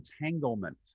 entanglement